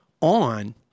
on